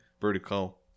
vertical